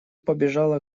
побежала